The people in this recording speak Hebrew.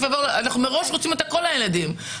מראש אנחנו רוצים הכול לילדים.